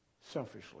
Selfishly